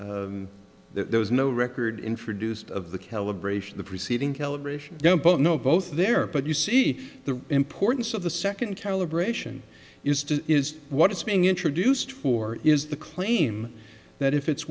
there there was no record introduced of the calibration the preceding calibration don't both know both there but you see the importance of the second calibration used is what is being introduced for is the claim that if it's